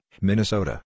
Minnesota